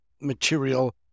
material